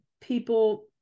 people